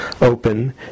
open